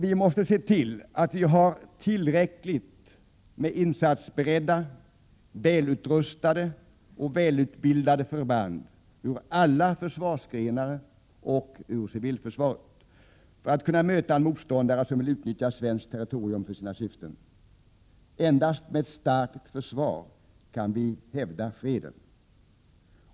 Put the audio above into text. Vi måste se till att vi har tillräckligt med insatsberedda, välutrustade och välutbildade förband ur alla försvarsgrenar och ur civilförsvaret för att kunna möta en motståndare som vill utnyttja svenskt territorium för sina syften. Endast med ett starkt försvar kan vi hävda freden.